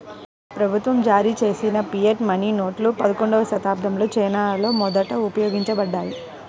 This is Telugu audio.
ప్రభుత్వం జారీచేసిన ఫియట్ మనీ నోట్లు పదకొండవ శతాబ్దంలో చైనాలో మొదట ఉపయోగించబడ్డాయి